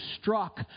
struck